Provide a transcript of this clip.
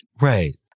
Right